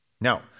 Now